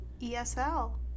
ESL